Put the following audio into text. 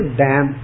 dam